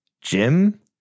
Jim